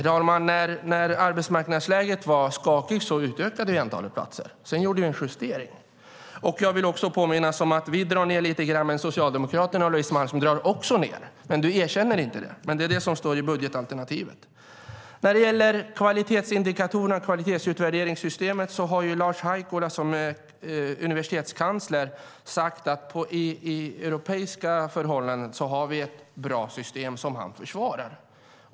Herr talman! När arbetsmarknadsläget var skakigt utökade vi antalet platser. Sedan gjorde vi en justering. Vi drar ned lite grann, men Socialdemokraterna och Louise Malmström drar också ned. Du erkänner inte det, Louise Malmström, men det står i ert budgetalternativ. När det gäller kvalitetsindikatorerna och kvalitetsutvärderingssystemet har Lars Haikola, som är universitetskansler, sagt att vi efter europeiska förhållanden har ett bra system som han försvarar.